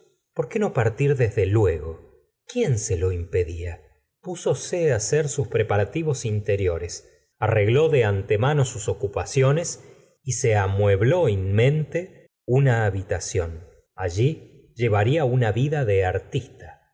por qué no partir desde luego quién se lo impedía ptisose hacer sus preparativos interiores arregló de antemano sus ocupaciones y se amuebló in mente una habitación allí llevaría una vida de artista